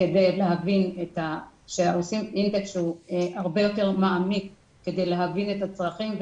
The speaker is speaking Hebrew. כדי להבין שעושים אינטק שהוא הרבה יותר מעמיק כדי להבין את הצרכים.